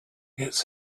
gets